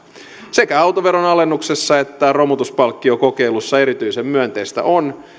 sekä autoveron alennuksessa että romutuspalkkiokokeilussa erityisen myönteistä on